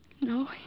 No